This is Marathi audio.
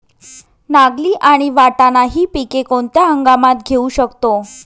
नागली आणि वाटाणा हि पिके कोणत्या हंगामात घेऊ शकतो?